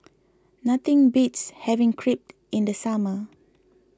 nothing beats having Crepe in the summer